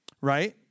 right